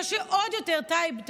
טייב,